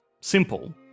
Simple